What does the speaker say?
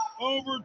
Over